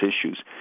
issues